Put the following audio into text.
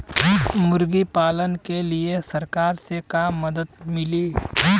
मुर्गी पालन के लीए सरकार से का मदद मिली?